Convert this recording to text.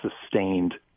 sustained